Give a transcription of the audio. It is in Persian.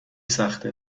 سخته